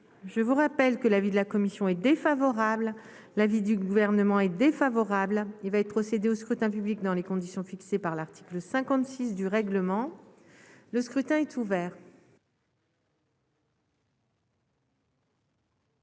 je vous rappelle que l'avis de la commission est défavorable, l'avis du Gouvernement est défavorable, il va être procédé au scrutin public dans les conditions fixées par l'article 56 du règlement, le scrutin est ouvert.